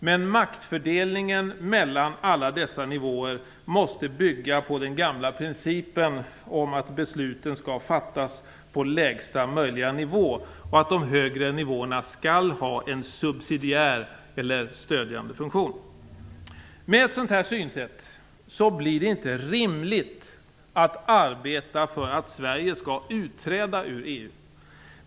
Men maktfördelningen mellan alla dessa nivåer måste bygga på den gamla principen, att besluten skall fattas på lägsta möjliga nivå och att de högre nivåerna skall ha en subsidiär, eller stödjande, funktion. Med ett sådant synsätt blir det inte rimligt att arbeta för att Sverige skall utträda ur EU.